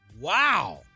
Wow